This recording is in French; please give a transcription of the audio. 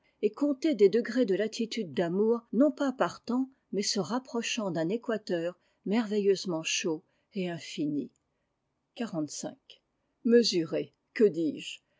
et compter des degrés de latitude d'amour non pas partant mais se rapprochant d'un équateur merveilleusement chaud et infini mesurer que dis-je